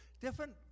Different